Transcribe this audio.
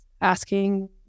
asking